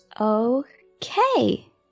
Okay